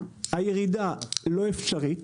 הירידה לא אפשרית,